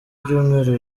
ibyumweru